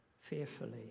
Fearfully